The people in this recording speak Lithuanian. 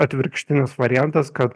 atvirkštinis variantas kad